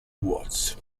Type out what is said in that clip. watch